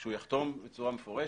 הוא יחתום בצורה מפורשת